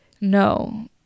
No